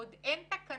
עוד אין תקנות